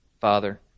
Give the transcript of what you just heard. Father